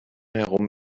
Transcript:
herum